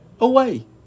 away